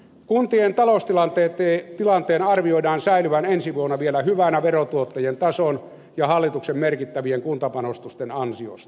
kuntien taloustilanteen arvioidaan säilyvän ensi vuonna vielä hyvänä verotuottojen tason ja hallituksen merkittävien kuntapanostusten ansiosta